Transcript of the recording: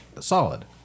solid